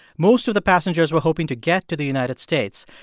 most of the passengers were hoping to get to the united states.